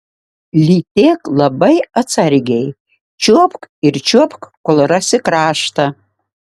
lytėk labai atsargiai čiuopk ir čiuopk kol rasi kraštą